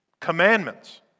Commandments